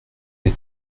des